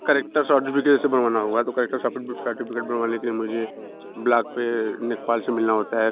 character certificate जैसे बनवाना हुआ तो करेक्टर सर्टिफिकेट बनवाने के लिए मुझे ब्लाक पर लेखपाल से मिलना होता है